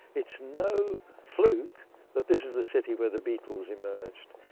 it's no fluke that this is the city where the beatles emerged.